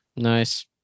nice